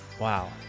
Wow